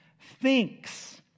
thinks